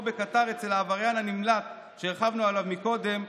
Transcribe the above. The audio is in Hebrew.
בקטאר אצל העבריין הנמלט שהרחבנו עליו קודם,